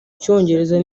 cyongereza